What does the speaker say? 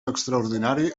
extraordinari